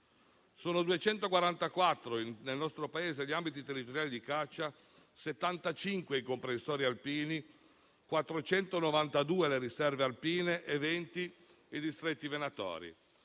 sono 244 gli ambiti territoriali di caccia, 75 i comprensori alpini, 492 le riserve alpine e 20 i distretti venatori.